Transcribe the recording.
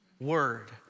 Word